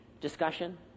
discussion